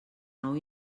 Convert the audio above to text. nou